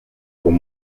con